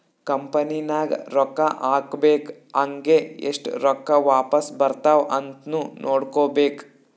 company ನಾಗ್ ರೊಕ್ಕಾ ಹಾಕ್ಬೇಕ್ ಹಂಗೇ ಎಸ್ಟ್ ರೊಕ್ಕಾ ವಾಪಾಸ್ ಬರ್ತಾವ್ ಅಂತ್ನು ನೋಡ್ಕೋಬೇಕ್